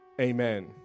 amen